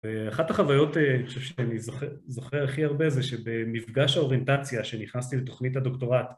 ואחת החוויות שאני זוכר הכי הרבה זה שבמפגש האוריינטציה שנכנסתי לתוכנית הדוקטורט